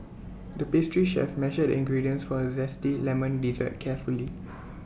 the pastry chef measured ingredients for A Zesty Lemon Dessert carefully